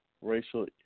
racial